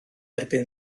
erbyn